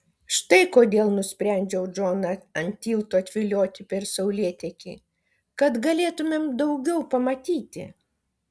štai kodėl nusprendžiau džoną ant tilto atvilioti per saulėtekį kad galėtumėme daugiau pamatyti